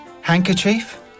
Handkerchief